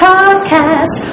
Podcast